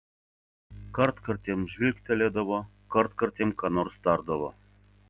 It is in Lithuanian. kartkartėm žvilgtelėdavo kartkartėm ką nors tardavo